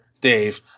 Dave